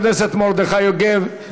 תודה לחבר הכנסת מרדכי יוגב.